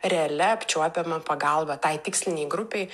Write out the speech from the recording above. realia apčiuopiama pagalba tai tikslinei grupei